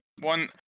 one